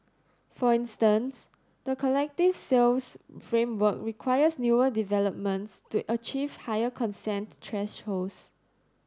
for instance the collective sales framework requires newer developments to achieve higher consent thresholds